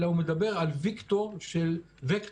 אלא הוא מדבר על וקטור של וירוס,